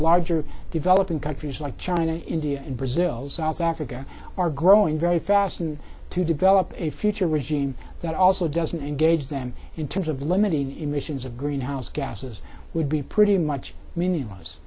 larger developing countries like china india and brazil south africa are growing very fast and to develop a future regime that also doesn't engage them in terms of limiting emissions of greenhouse gases would be pretty much meaningless